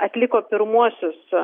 atliko pirmuosius